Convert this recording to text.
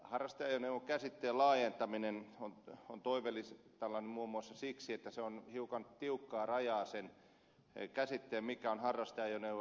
harrasteajoneuvo käsitteen laajentaminen on toivelistallani muun muassa siksi että se hiukan tiukasti rajaa sen käsitteen mikä on harrasteajoneuvo